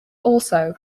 also